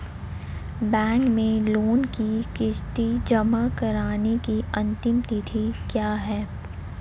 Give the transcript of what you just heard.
Bank में loan की किश्त जमा कराने की अंतिम तिथि क्या है?